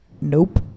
nope